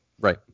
Right